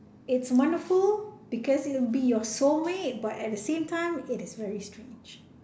its wonderful because it will be your soulmate but at the same time it is very strange